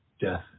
death